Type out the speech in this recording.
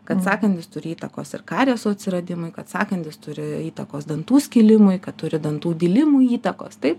kad sąkandis turi įtakos ir karieso atsiradimui kad sąkandis turi įtakos dantų skilimui kad turi dantų dilimui įtakos taip